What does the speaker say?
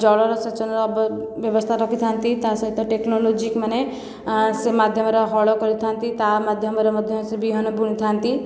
ଜଳର ସେଚନର ବ୍ୟବସ୍ତା ରଖିଥାନ୍ତି ତାସହିତ ଟେକ୍ନୋଲୋଜି ମାନେ ସେ ମାଧ୍ୟମରେ ହଳ କରିଥାନ୍ତି ତା ମାଧ୍ୟମରେ ମଧ୍ୟ ସେ ବିହନ ବୁଣିଥାନ୍ତି